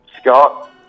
Scott